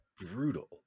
Brutal